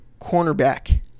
cornerback